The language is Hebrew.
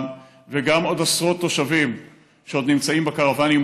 וגם עוד עשרות תושבים שעוד נמצאים בקרוונים,